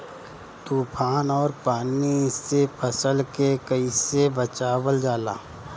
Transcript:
तुफान और पानी से फसल के कईसे बचावल जाला?